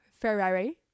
Ferrari